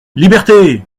liberté